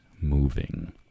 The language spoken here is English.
moving